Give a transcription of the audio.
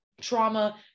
trauma